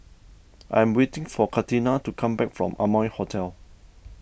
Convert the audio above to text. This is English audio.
I'm waiting for Catina to come back from Amoy Hotel